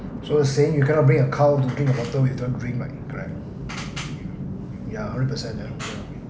so saying you cannot bring a cow to drink the water if it don't drink right correct ya hundred percent ya